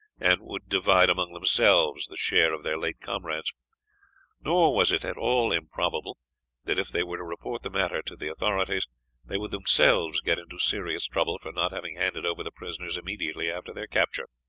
and would divide among themselves the share of their late comrades nor was it at all improbable that if they were to report the matter to the authorities they would themselves get into serious trouble for not having handed over the prisoners immediately after their capture.